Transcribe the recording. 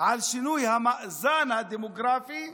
על שינוי המאזן הדמוגרפי,